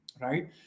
right